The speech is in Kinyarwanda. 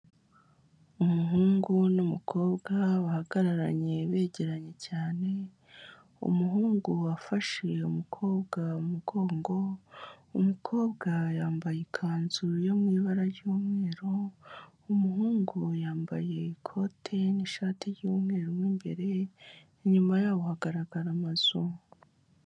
Umuhungu n'umukobwa bahagararanye begeranye cyane umuhungu wafashe umukobwa mu mugongo, umukobwa yambaye ikanzu yo mu ibara ry'umweru, umuhungu yambaye ikote n'ishati y'umweru mu imbere, inyuma yaho hagaragara amazu.